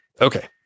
Okay